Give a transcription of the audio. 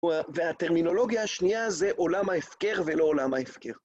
והטרמינולוגיה השנייה זה עולם ההפקר ולא עולם ההפקר.